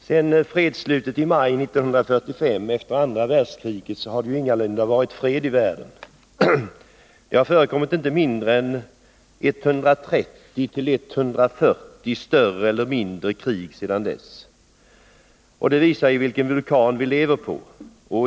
Fru talman! Efter andra världskrigets slut i maj 1945 har det ingalunda varit fred i världen. Det har förekommit inte mindre än 130-140 större eller mindre krig sedan dess. Det visar vilken vulkan vi lever på.